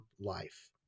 life